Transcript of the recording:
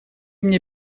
мне